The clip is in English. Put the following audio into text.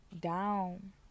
down